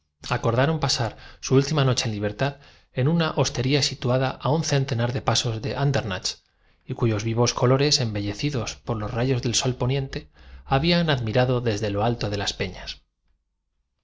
daron pasar su última noche de libertad en una hostería situada a un tado en multitud de estampas que no hay necesidad de describirlo la centenar de pasos de andernach y cuyos vivos colores embellecidos mujer del posadero decimos hizo esperar y desesperar a los dos por los rayos del sol poniente habían admirado desde lo alto de las